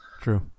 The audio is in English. True